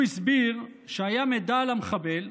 הוא הסביר שהיה מידע על המחבל,